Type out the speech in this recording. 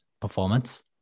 performance